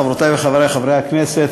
חברותי וחברי חברי הכנסת,